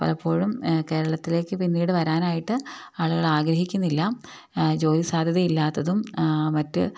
പലപ്പോഴും കേരളത്തിലേക്ക് പിന്നീട് വരാനായിട്ട് ആളുകളാഗ്രഹിക്കുന്നില്ല ജോലിസാധ്യത ഇല്ലാത്തതും മറ്റ്